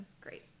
Great